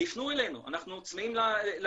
תפנו אלינו, אנחנו צמאים להרצאות.